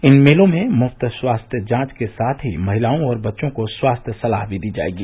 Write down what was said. इन मेलों में मुफ्त स्वास्थ्य जांच के साथ ही महिलाओं और बच्चों को स्वास्थ्य सलाह भी दी जायेगी